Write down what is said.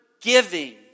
giving